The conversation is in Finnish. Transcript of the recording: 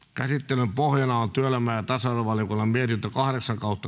käsittelyn pohjana on työelämä ja tasa arvovaliokunnan mietintö kahdeksan